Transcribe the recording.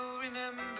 remember